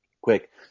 Quick